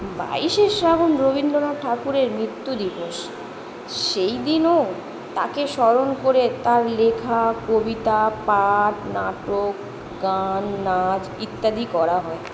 বাইশে শ্রাবণ রবীন্দ্রনাথ ঠাকুরের মৃত্যু দিবস সেই দিনও তাঁকে স্মরণ করে তাঁর লেখা কবিতা পাঠ নাটক গান নাচ ইত্যাদি করা হয়